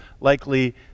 likely